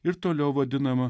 ir toliau vadinama